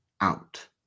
out